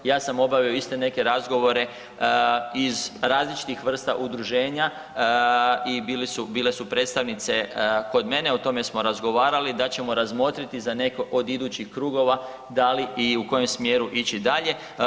Ja sam obavio isto neke razgovore iz različitih vrsta udruženja i bili su, bile su predstavnice kod mene, o tome smo razgovarali da ćemo razmotriti za neke od idućih kruga da li i u kojem smjeru ići dalje.